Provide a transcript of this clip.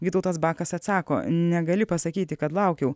vytautas bakas atsako negali pasakyti kad laukiau